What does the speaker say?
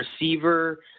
receiver